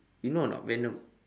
you know or not venom